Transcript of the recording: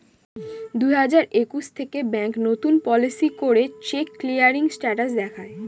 দুই হাজার একুশ থেকে ব্যাঙ্ক নতুন পলিসি করে চেক ক্লিয়ারিং স্টেটাস দেখায়